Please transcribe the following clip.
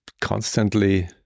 constantly